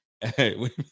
Hey